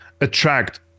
attract